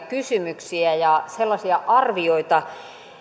kysymyksiä ja sellaisia arvioita